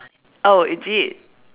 oh is it